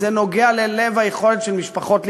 זה נוגע ללב היכולת של משפחות להתקיים.